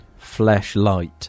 Fleshlight